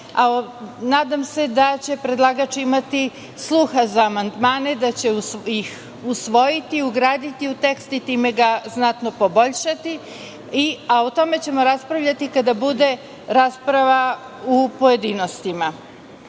se da će predlagač imati sluha za amandmane, da će ih usvojiti, ugraditi u tekst i time ga znatno poboljšati. O tome ćemo raspravljati kada bude rasprava u pojedinostima. Što